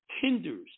tenders